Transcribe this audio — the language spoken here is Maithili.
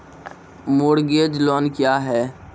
मोरगेज लोन क्या है?